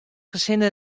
hinne